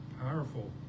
Powerful